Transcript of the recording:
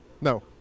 No